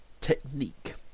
technique